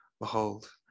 Behold